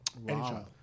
Wow